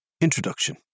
Introduction